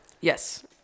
yes